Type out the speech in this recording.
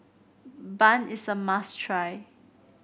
bun is a must try